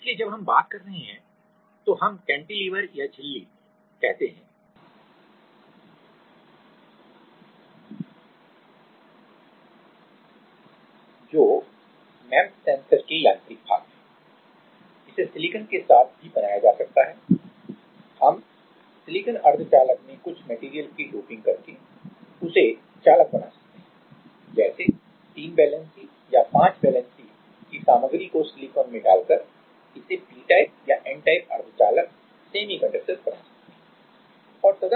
इसलिए जब हम बात कर रहे हैं तो हम कैंटिलीवर या झिल्ली कहते हैं जो एमईएमएस सेंसर के यांत्रिक भाग हैं जिसे सिलिकॉन के साथ भी बनाया जा सकता है हम सिलिकॉन अर्धचालक में कुछ मटेरियल की डोपिंग करके उसे चालक बना सकते हैं जैसे 3 वैलेंसी या 5 वैलेंसी सामग्री को सिलिकॉन में डालकर इसे पी टाइप या एन टाइप अर्धचालक सेमीकंडक्टर semiconductor बना सकते हैं